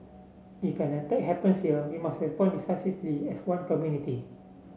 if an attack happens here we must respond decisively as one community